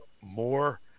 more